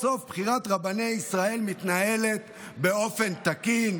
בחירת רבני ישראל מתנהלת סוף-סוף באופן תקין,